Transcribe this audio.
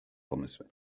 pomysły